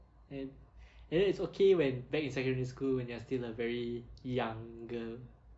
and and then it's okay when back in secondary school when you're still a very young girl